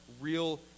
real